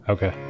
Okay